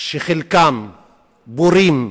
שחלקם בורים,